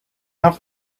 have